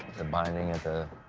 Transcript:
the binding at the,